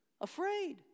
afraid